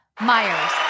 Myers